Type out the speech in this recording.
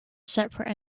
separate